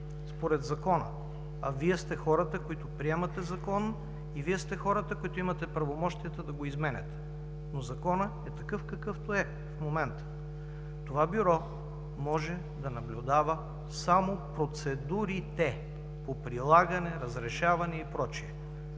според Закона, а Вие сте хората, които приемате закон и Вие сте хората, които имате правомощията да го изменяте, но законът е такъв, какъвто е в момента, това Бюро може да наблюдава само процедурите по прилагане, разрешаване и